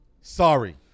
Sorry